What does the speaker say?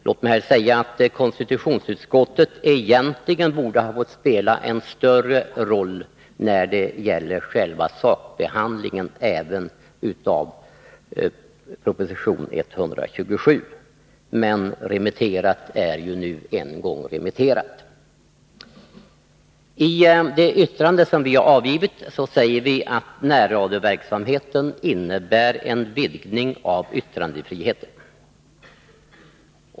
Låt mig här säga att konstitutionsutskottet egentligen borde ha fått spela en större roll när det gäller själva sakbehandlingen även av proposition 127. Men remitterat är nu en gång remitterat. I det yttrande som vi avgivit säger vi att närradioverksamheten innebär en vidgning av yttrandefriheten.